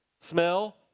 Smell